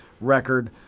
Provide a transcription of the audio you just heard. record